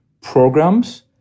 programs